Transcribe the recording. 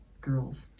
girls